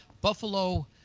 Buffalo